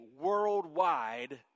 worldwide